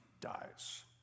dies